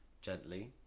gently